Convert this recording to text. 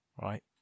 right